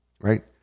right